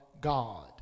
God